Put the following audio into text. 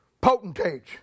potentates